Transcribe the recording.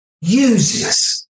uses